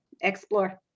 Explore